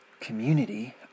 community